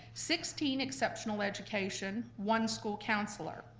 sixteen exceptional education, one school counselor.